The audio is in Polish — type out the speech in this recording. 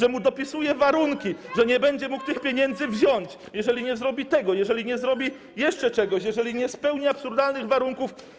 że mu dopisuje warunki, że nie będzie mógł tych pieniędzy wziąć, jeżeli nie zrobi tego, jeżeli nie zrobi jeszcze czegoś, jeżeli nie spełni absurdalnych warunków.